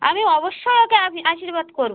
আমি অবশ্যই ওকে আমি আশীর্বাদ করবো